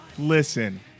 Listen